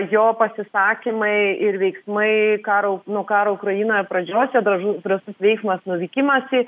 jo pasisakymai ir veiksmai karo nuo karo ukrainoje pradžios jie dažna drąsus veiksmas nuvykimas į